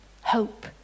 hope